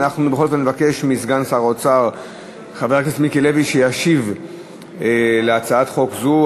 בכל אופן נבקש מסגן שר האוצר חבר הכנסת מיקי לוי שישיב על הצעת חוק זו,